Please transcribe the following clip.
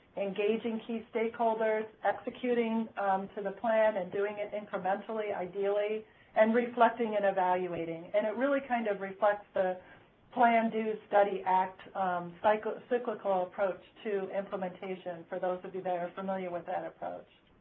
engaging key stakeholders, executing to the plan and doing it incrementally ideally and reflecting and evaluating. and it really kind of reflects the plan, do, study, act cyclical cyclical approach to implementation, for those of you that are familiar with that approach.